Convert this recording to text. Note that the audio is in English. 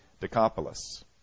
Decapolis